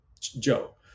Joe